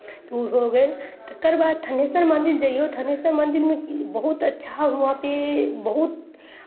ओ हो गेल तकर बाद थानेश्वर मन्दिर जइयौ थानेश्वर मन्दिरमे कि बहुत अच्छा हुआँपे बहुत